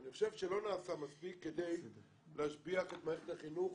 ואני חושב שלא נעשה מספיק כדי להשביח את מערכת החינוך